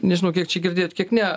nežinau kiek čia girdėjot kiek ne